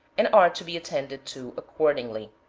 and are to be attended to accordingly.